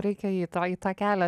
reikia jį tą į tą kelią